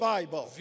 Bible